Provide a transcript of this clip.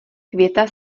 květa